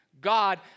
God